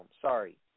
Sorry